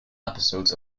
episodes